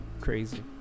crazy